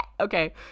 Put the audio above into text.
Okay